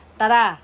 tara